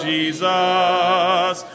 Jesus